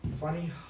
funny